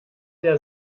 der